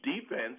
defense